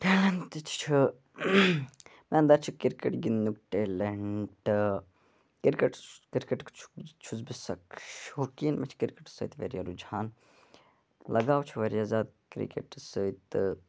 talent تہِ چھُ مےٚ اَنٛدر چھُ کِرکٹ گِنٛدنُک ٹیلنٛٹ کِرکٹ کِرکَٹ چھُس بہٕ سَکھ شوقیٖن مےٚ چھُ کِرکٹَس سۭتۍ واریاہ رُجہان لگاو چھُ واریاہ زِیادٕ کِرکٹَس سۭتۍ تہٕ